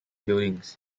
buildings